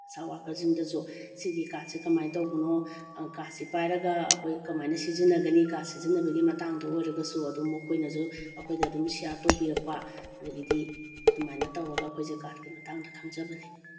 ꯑꯁꯥ ꯋꯥꯔꯀꯔꯁꯤꯡꯗꯁꯨ ꯁꯤꯒꯤ ꯀꯥꯔꯠꯁꯦ ꯀꯃꯥꯏꯅ ꯇꯧꯕꯅꯣ ꯀꯥꯔꯠꯁꯦ ꯄꯥꯏꯔꯒ ꯑꯩꯈꯣꯏ ꯀꯃꯥꯏꯅ ꯁꯤꯖꯤꯟꯅꯒꯅꯤ ꯀꯥꯠ ꯁꯤꯖꯤꯟꯅꯕꯒꯤ ꯃꯇꯥꯡꯗꯁꯨ ꯑꯣꯏꯔꯒꯁꯨ ꯑꯗꯨꯝ ꯃꯈꯣꯏꯅꯁꯨ ꯑꯩꯈꯣꯏꯗ ꯑꯗꯨꯝ ꯁꯤꯌꯥꯔ ꯇꯧꯕꯤꯔꯛꯄ ꯑꯗꯨꯗꯒꯤꯗꯤ ꯑꯗꯨꯃꯥꯏꯅ ꯇꯧꯔꯒ ꯑꯩꯈꯣꯏꯁꯦ ꯀꯥꯔꯠꯀꯤ ꯃꯇꯥꯡꯗ ꯈꯪꯖꯕꯅꯤ